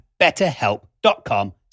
BetterHelp.com